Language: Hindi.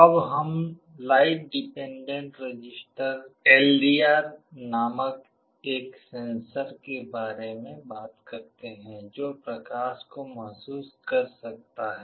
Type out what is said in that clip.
अब हम लाइट डिपेंडेंट रसिस्टर नामक एक सेंसर के बारे में बात करते हैं जो प्रकाश को महसूस क्र सकता है